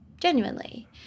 genuinely